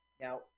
Now